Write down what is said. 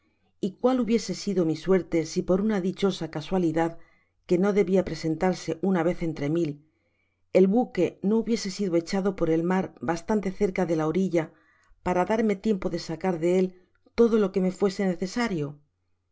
y cuál hubiese sido mi suerte si por una dichosa casualidad que no debia presentarse una vez entre mil el buque no hubiese sido echado por el mar bastante cerca de la orilla para darme tiempo de sacar de él todo lo que me fuese necesario qué